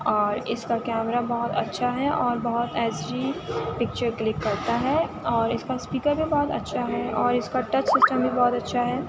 اور اس کا کیمرہ بہت اچھا ہے اور بہت ایچ ڈی پکچر کلک کرتا ہے اور اس کا اسپیکر بھی بہت اچھا ہے اور اس کا ٹچ سسٹم بھی بہت اچھا ہے